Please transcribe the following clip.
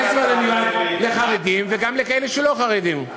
הכסף הזה מיועד לחרדים וגם לכאלה שלא חרדים.